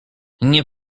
nie